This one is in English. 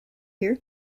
here